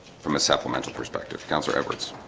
from a supplemental perspective councillor edwards